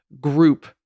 group